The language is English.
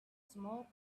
smoke